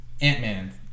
Ant-Man